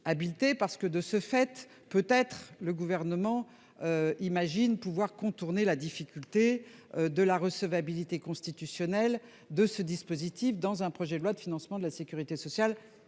habileté parce que de ce fait peut être le gouvernement. Imagine pouvoir contourner la difficulté de la recevabilité constitutionnels de ce dispositif dans un projet de loi de financement de la Sécurité sociale